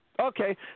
Okay